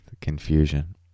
confusion